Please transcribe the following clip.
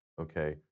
Okay